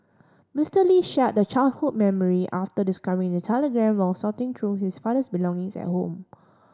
Mister Lee shared the childhood memory after discovering the telegram while sorting through his father's belonging at home